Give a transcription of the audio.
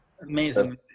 Amazing